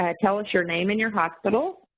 ah tell us your name and your hospital,